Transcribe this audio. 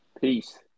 Peace